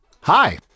Hi